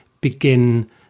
begin